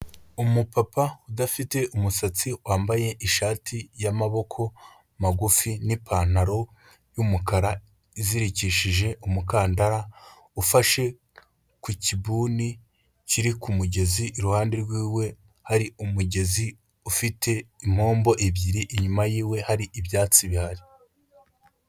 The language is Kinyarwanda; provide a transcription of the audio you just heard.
Umupapa udafite umusatsi wambaye ishati y'amaboko magufi n'ipantaro y'umukara izirikishije umukandara, ufashe ku kibuni kiri ku mugezi iruhande rwiwe hari umugezi ufite impombo ebyiri, inyuma yiwe hari ibyatsi bihari.